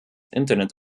internet